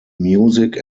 music